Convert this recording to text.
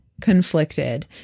conflicted